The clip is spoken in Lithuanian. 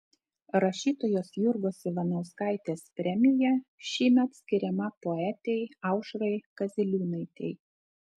rašytojos jurgos ivanauskaitės premija šįmet skiriama poetei aušrai kaziliūnaitei